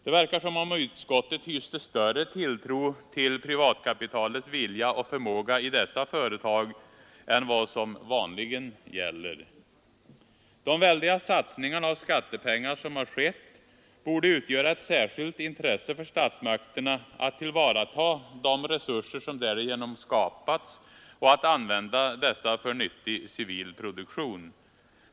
Det verkar som om utskottet hyste större tilltro till privatkapitalets vilja och förmåga i dessa företag än vad som vanligen gäller. De väldiga satsningarna av skattepengar som har skett borde utgöra ett särskilt intresse för statsmakterna för att tillvarata de resurser som därigenom skapats och använda dessa för nyttig civil produktion.